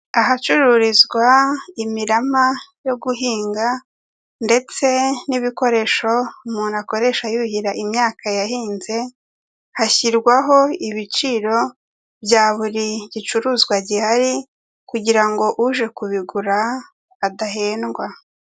Ahacururizwa imirama yo guhinga ndetse n'ibikoresho umuntu akoresha yuhira imyaka yahinze, hashyirwaho ibiciro bya buri gicuruzwa gihari, kugira ngo uje kubigura adahendwa.